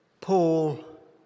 Paul